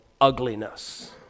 ugliness